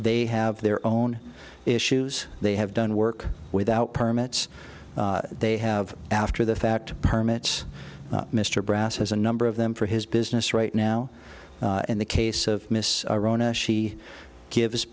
they have their own issues they have done work without permits they have after the fact permits mr brass has a number of them for his business right now in the case of miss rona she gives